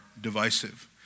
divisive